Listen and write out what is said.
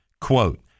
Quote